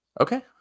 Okay